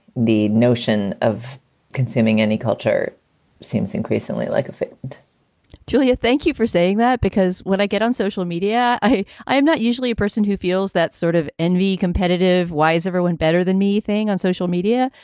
the notion of consuming any culture seems increasingly like a fit julia, thank you for saying that, because when i get on social media, i'm not usually a person who feels that sort of envy. competitive. why is everyone better than me thing on social media?